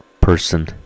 person